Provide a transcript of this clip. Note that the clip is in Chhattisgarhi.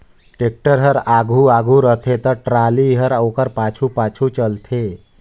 टेक्टर हर आघु आघु रहथे ता टराली हर ओकर पाछू पाछु चलथे